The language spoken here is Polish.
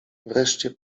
wreszcie